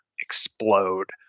explode